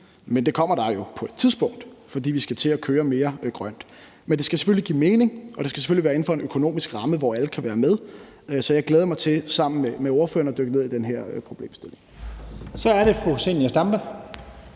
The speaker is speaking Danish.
men det kommer der jo på et tidspunkt, fordi vi skal til at køre mere grønt. Men det skal selvfølgelig give mening, og det skal selvfølgelig være inden for en økonomisk ramme, hvor alle kan være med. Så jeg glæder mig til sammen med ordføreren at dykke ned i den her problemstilling. Kl. 19:40 Første